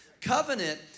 Covenant